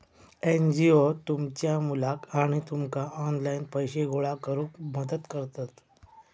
NGO तुमच्या मुलाक आणि तुमका ऑनलाइन पैसे गोळा करूक मदत करतत